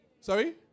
Sorry